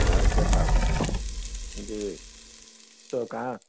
اچھا صاحب جی تو کہاں